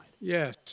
Yes